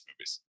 movies